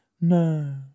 No